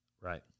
Right